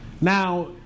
Now